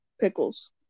pickles